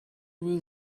will